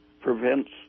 prevents